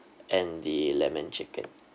and the lemon chicken